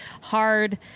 hard